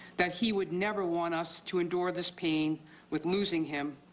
that he would never want us to endure this pain with losing him,